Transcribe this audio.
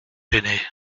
gêné